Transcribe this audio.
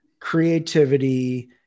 creativity